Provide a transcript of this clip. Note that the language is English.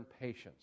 patience